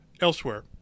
elsewhere